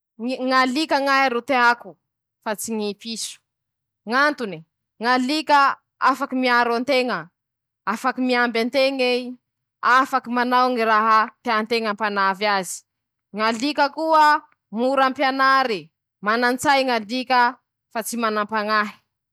Aminy ñy piano noho ñy gitara: -mititiky gitara ñahy ñy tiako ñatony aminy ñy ahitako hafalia, afaky mihira aho ro afaky mitsinjaky lafa mititiky azy, iñy ro mañomea hafalea ahy mare tany piano ooo.